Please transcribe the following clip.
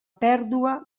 pèrdua